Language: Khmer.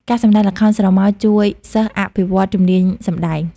ការសម្តែងល្ខោនស្រមោលជួយសិស្សអភិវឌ្ឍជំនាញសម្តែង។